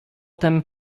tem